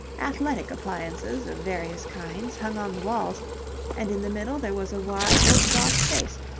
athletic appliances of various kinds hung on the walls and in the middle there was a wide roped-off space,